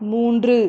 மூன்று